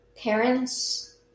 parents